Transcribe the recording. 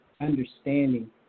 understanding